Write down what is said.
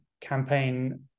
campaign